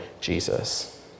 Jesus